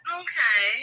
okay